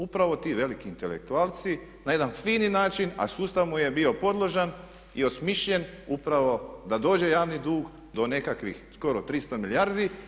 Upravo ti veliki intelektualci na jedan fini način, a sustav mu je bio podložan i osmišljen upravo da dođe javni dug do nekakvih skoro 300 milijardi.